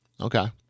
Okay